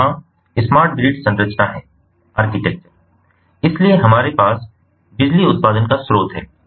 तो यहाँ smart grid संरचना है इसलिए हमारे पास बिजली उत्पादन का स्रोत है